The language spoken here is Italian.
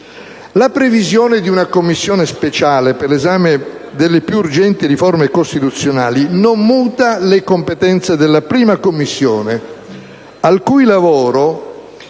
La previsione di una Commissione speciale per l'esame delle più urgenti riforme costituzionali non muta le competenze della la Commissione, al cui lavoro